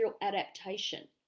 adaptation